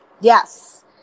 Yes